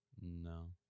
No